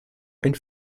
einen